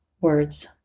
words